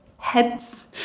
heads